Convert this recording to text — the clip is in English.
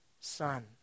son